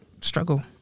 Struggle